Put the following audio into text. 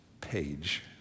page